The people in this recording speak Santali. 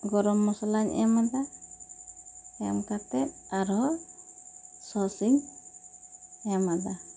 ᱜᱚᱨᱚᱢ ᱢᱚᱥᱞᱟᱹᱧ ᱮᱢ ᱟᱫᱟ ᱮᱢ ᱠᱟᱛᱮ ᱟᱨ ᱦᱚᱸ ᱥᱚᱥ ᱤᱧ ᱮᱢ ᱟᱫᱟ